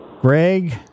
Greg